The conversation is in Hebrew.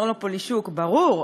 אומר לו פולישוק: ברור.